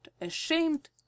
ashamed